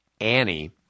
Annie